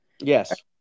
Yes